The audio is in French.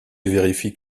vérifie